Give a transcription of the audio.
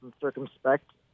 circumspect